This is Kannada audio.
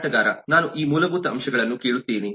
ಮಾರಾಟಗಾರ ನಾನು ಈ ಮೂಲಭೂತ ಅಂಶಗಳನ್ನು ಕೇಳುತ್ತೇನೆ